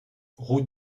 route